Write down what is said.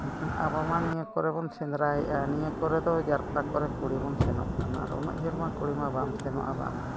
ᱢᱮᱱᱠᱷᱟᱱ ᱟᱵᱚᱼᱢᱟ ᱱᱤᱭᱟᱹ ᱠᱚᱨᱮ ᱵᱚᱱ ᱥᱮᱸᱫᱽᱨᱟᱭᱮᱜᱼᱟ ᱱᱤᱭᱟᱹ ᱠᱚᱨᱮ ᱫᱚ ᱡᱟᱨᱯᱟ ᱠᱚᱨᱮ ᱠᱩᱲᱤ ᱵᱚᱱ ᱥᱮᱱᱚᱜ ᱠᱟᱱᱟ ᱩᱱᱟᱹᱜ ᱡᱷᱟᱹᱞ ᱢᱟ ᱠᱩᱲᱤ ᱢᱟ ᱵᱟᱢ ᱥᱮᱱᱚᱜᱼᱟ ᱵᱟᱢ ᱧᱮᱞᱟ